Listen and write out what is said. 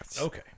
Okay